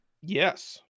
Yes